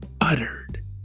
uttered